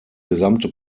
gesamte